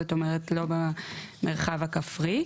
זאת אומרת לא במרחב הכפרי.